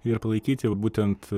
ir palaikyti jau būtent